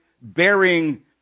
bearing